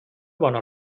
bona